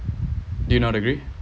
do not agree